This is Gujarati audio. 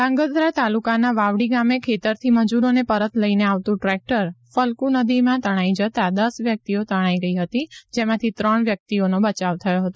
ધ્રાંગધ્રા તાલુકાના વાવડી ગામે ખેતરથી મજુરોને પરત લઈને આવતું ટ્રેક્ટર ફલકુ નદીમાં તણાઈ જતા દસ વ્યક્તિઓ તણાઈ ગઈ હતી જેમાંથી ત્રણ વ્યક્તિઓનો બચાવ થયો હતો